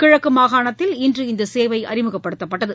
கிழக்கு மாகாணத்தில் இன்று இந்த சேவை அறிமுகப்படுத்தப்பட்டது